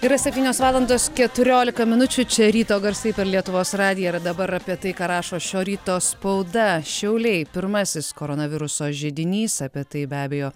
yra septynios valandos keturiolika minučių čia ryto garsai per lietuvos radiją ir dabar apie tai ką rašo šio ryto spauda šiauliai pirmasis koronaviruso židinys apie tai be abejo